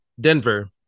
Denver